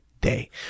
day